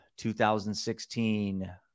2016